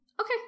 Okay